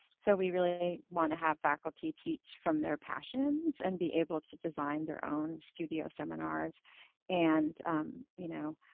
so we really wanna have faculty teach from their passions and be able to design their own studio seminars and you know